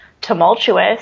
tumultuous